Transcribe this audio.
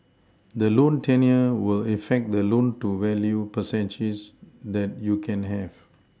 the loan tenure will affect the loan to value percentage that you can have